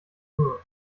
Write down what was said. rule